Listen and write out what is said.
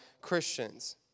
Christians